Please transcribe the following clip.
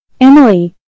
Emily